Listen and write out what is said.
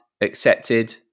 accepted